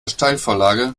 steilvorlage